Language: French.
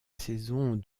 saison